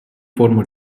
форму